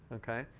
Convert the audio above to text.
ok?